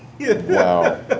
Wow